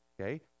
okay